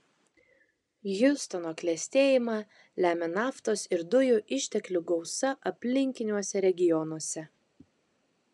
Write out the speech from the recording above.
hjustono klestėjimą lemia naftos ir dujų išteklių gausa aplinkiniuose regionuose